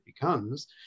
becomes